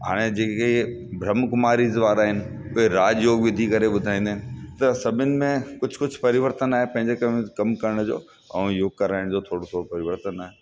हाणे जेके ब्रह्मकुमारीज़ वारा आहिनि उहे राज योग विधि करे ॿुधाईंदा आहिनि त सभिनि में कुझु कुझु परिवर्तन आहे पंहिंजे कमु करण जो ऐं योग कराइण जो थोरो थोरो परिवर्तन आहे